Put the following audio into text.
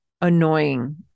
annoying